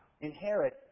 inherit